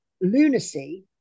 lunacy